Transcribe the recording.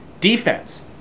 Defense